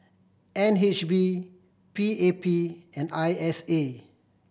N H B P A P and I S A